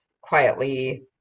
quietly